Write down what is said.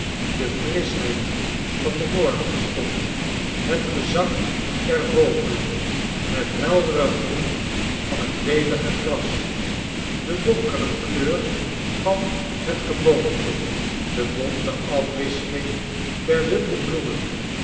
de frischheid van den morgenstond het gezang der vogelen het heldere groen van het welige gras de donkerder kleur van het geboomte de bonte afwisseling der wilde bloemen